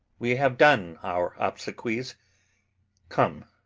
we have done our obsequies come,